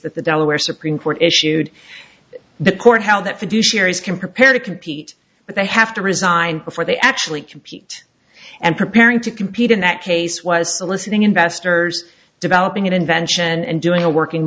that the delaware supreme court issued to the court held that fiduciary can prepare to compete but they have to resign before they actually compete and preparing to compete in that case was soliciting investors developing an invention and doing a working